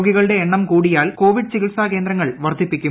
രോഗികളുടെ എണ്ണം കൂട്ടിയാൽ കോവിഡ് ചികിത്സ ക്കുന്ദ്രങ്ങൾ വർധിപ്പിക്കും